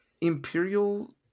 imperial